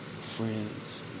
friends